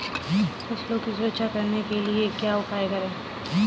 फसलों की सुरक्षा करने के लिए क्या उपाय करें?